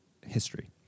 history